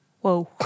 whoa